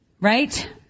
Right